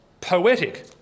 poetic